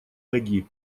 ноги